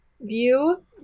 view